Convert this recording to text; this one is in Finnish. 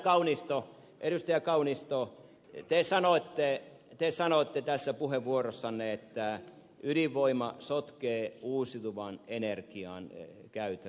kaunisto te sanoitte tässä puheenvuorossanne että ydinvoima sotkee uusiutuvan energian käytön